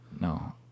No